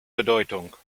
bedeutung